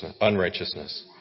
unrighteousness